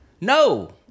No